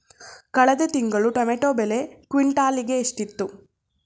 ಕಳೆದ ತಿಂಗಳು ಟೊಮ್ಯಾಟೋ ಬೆಲೆ ಕ್ವಿಂಟಾಲ್ ಗೆ ಎಷ್ಟಿತ್ತು?